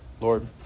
Lord